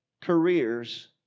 careers